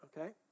Okay